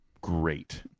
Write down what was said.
great